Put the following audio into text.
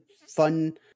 fun